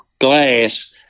glass